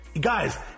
Guys